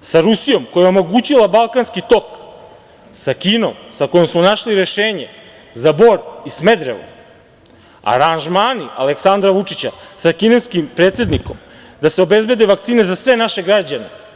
sa Rusijom koja je omogućila Balkanski tok, sa Kinom sa kojom smo našli rešenje za Bor i Smederevo, aranžmani Aleksandra Vučića sa kineskim predsednikom da se obezbede vakcine za sve naše građane.